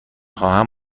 خواهم